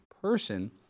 person